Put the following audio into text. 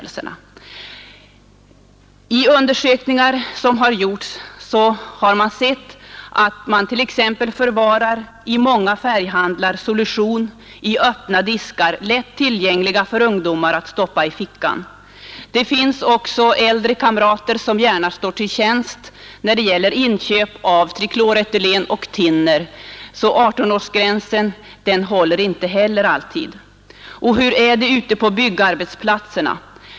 Vid undersökningar som har gjorts har det visat sig att man t.ex. i många färghandelsbutiker förvarar solution i öppna diskar, lätt tillgänglig för ungdomar att stoppa i fickan. Det finns också äldre kamrater som gärna står till tjänst när det gäller inköp av trikloretylen och thinner, så 18-årsgränsen håller inte heller alltid. Och hur är det ute på byggarbetsplatser?